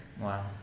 Wow